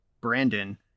Brandon